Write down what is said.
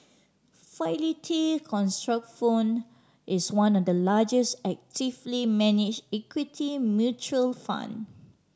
Fidelity Contrafund is one of the largest actively manage equity mutual fund